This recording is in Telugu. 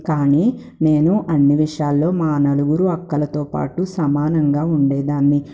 కానీ నేను అన్నీ విషయాల్లో మా నలుగురు అక్కలతో పాటు సమానంగా ఉండే దాన్ని